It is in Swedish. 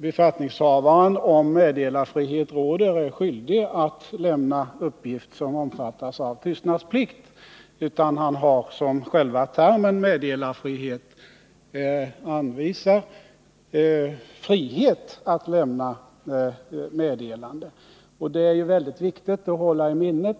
befattningshavaren, om meddelarfrihet råder, är skyldig att lämna uppgift som omfattas av tystnadsplikt, utan han har — som själva termen meddelarfrihet anvisar — frihet att lämna meddelande. Detta är väldigt viktigt att hålla i minnet.